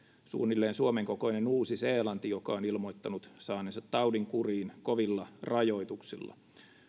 suunnilleen suomen kokoinen uusi seelanti joka on ilmoittanut saaneensa taudin kuriin kovilla rajoituksilla